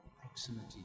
Proximity